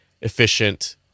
efficient